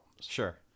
Sure